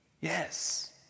Yes